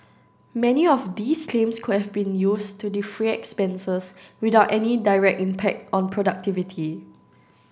many of these claims could have been used to defray expenses without any direct impact on productivity